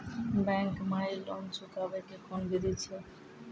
Bank माई loan चुकाबे के कोन बिधि छै?